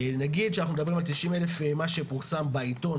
נגיד שאנחנו מדברים על 90,000 מה שפורסם בעיתון,